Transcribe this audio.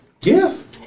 Yes